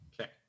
Okay